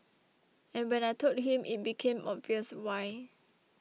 and when I told him it became obvious why